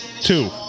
Two